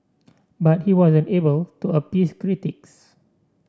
but he wasn't able to appease critics